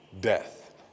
death